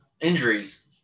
injuries